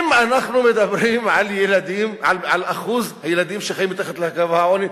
אם אנחנו מדברים על אחוז הילדים שחיים מתחת לקו העוני,